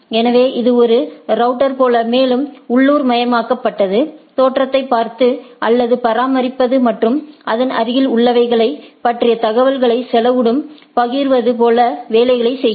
எனவே இது ஒரு ரவுட்டர் போல மேலும் உள்ளூர்மயமாக்கப்பட்டது தோற்றத்தைப் பார்ப்பது அல்லது பராமரிப்பது மற்றும் அதன் அருகில் உள்ளவைகளை பற்றிய தகவல்களைச் செலவுடன் பகிர்வது போல வேலைகளை செய்யும்